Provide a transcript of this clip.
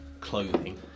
clothing